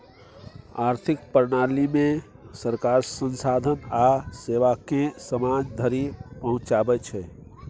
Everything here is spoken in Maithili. आर्थिक प्रणालीमे सरकार संसाधन आ सेवाकेँ समाज धरि पहुंचाबै छै